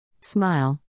smile